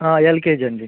LKG అండి